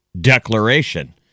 declaration